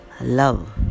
love